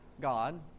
God